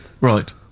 Right